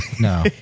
No